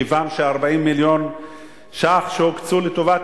כיוון ש-40 מיליון שקלים שהוקצו לטובת